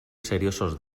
seriosos